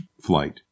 flight